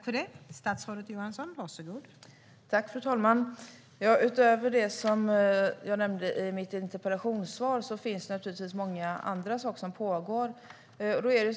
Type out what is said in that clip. Fru talman! Utöver det som jag nämnde i mitt interpellationssvar finns det naturligtvis många andra saker som pågår.